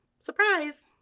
Surprise